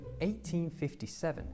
1857